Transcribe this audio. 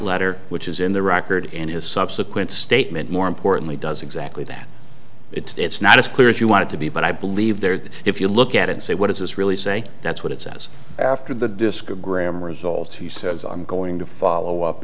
letter which is in the record and his subsequent statement more importantly does exactly that it's not as clear as you want to be but i believe there that if you look at and say what does this really say that's what it says after the disco gram results he says i'm going to follow up